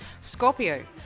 Scorpio